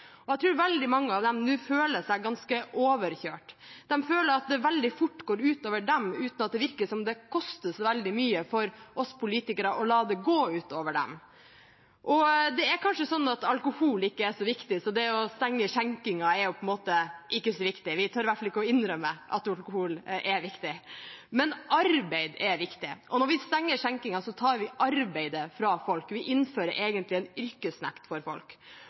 Jeg tror veldig mange av dem nå føler seg ganske overkjørt. De føler at det veldig fort går ut over dem, uten at det virker som om det koster så veldig mye for oss politikere å la det gå ut over dem. Det er kanskje sånn at alkohol ikke er så viktig, så det å stenge skjenkingen er på en måte ikke så viktig – vi tør i hvert fall ikke å innrømme at alkohol er viktig. Men arbeid er viktig, og når vi stenger skjenkingen, tar vi arbeidet fra folk – vi innfører egentlig en yrkesnekt for folk.